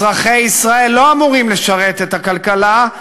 אזרחי ישראל לא אמורים לשרת את הכלכלה,